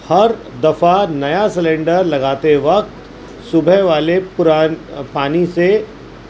ہر دفعہ نیا سلنڈر لگاتے وقت صبح والے پرانے پانی سے